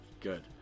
Good